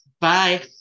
Bye